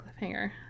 cliffhanger